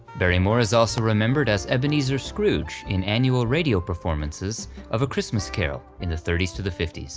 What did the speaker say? barrymore is also remembered as ebenezer scrooge in annual radio performances of a christmas carol in the thirty s to the fifty s.